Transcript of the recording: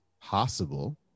possible